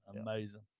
amazing